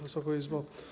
Wysoka Izbo!